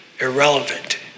irrelevant